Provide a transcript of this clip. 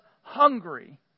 hungry